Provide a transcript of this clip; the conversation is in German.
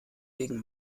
wegen